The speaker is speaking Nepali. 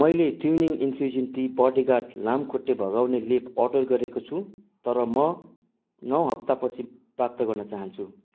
मैले ट्युनिङ इन्फ्युजन टी र बडिगार्ड लामखुट्टे भगाउने लेप अर्डर गरेको छु तर म नौ हप्ता पछि प्राप्त गर्न चाहन्छु